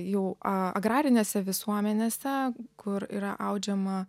jau a agrarinėse visuomenėse kur yra audžiama